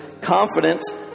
confidence